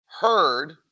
heard